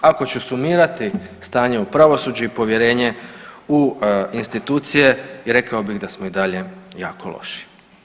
Ako ću sumirati stanje u pravosuđu i povjerenje u institucije rekao bih da smo i dalje jako loši.